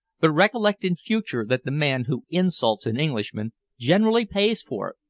but recollect in future that the man who insults an englishman generally pays for it,